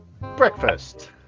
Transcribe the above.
breakfast